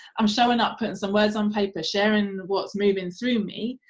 i'm showing up, putting some words on paper, sharing what's moving through me,